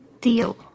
Deal